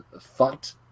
fucked